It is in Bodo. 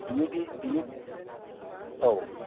बिनि बि बिनि औ